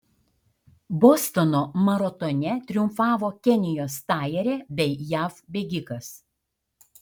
bostono maratone triumfavo kenijos stajerė bei jav bėgikas